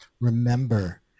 remember